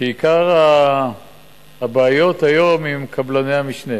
שעיקר הבעיות היום הן עם קבלני המשנה,